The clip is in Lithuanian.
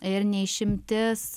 ir ne išimtis